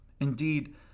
Indeed